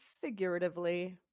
figuratively